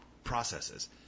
processes